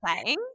playing